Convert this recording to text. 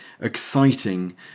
exciting